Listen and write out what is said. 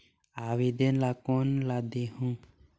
आवेदन ला कोन ला देहुं?